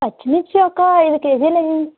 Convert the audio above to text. పచ్చి మిర్చి ఒక అయిదు కేజీలు వేయండి